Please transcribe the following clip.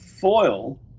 foil